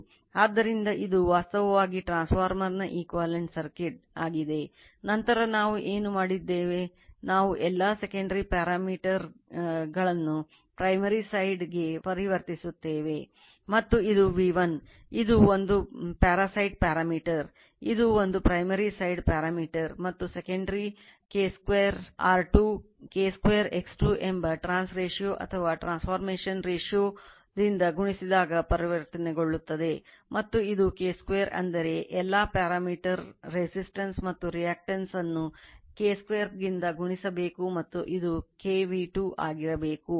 ಆದ್ದರಿಂದ ಇದು ವಾಸ್ತವವಾಗಿ transformer ಯನ್ನು K 2 ಗುಣಿಸಬೇಕು ಮತ್ತು ಇದು K V2 ಆಗಿರಬೇಕು